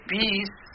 Peace